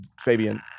Fabian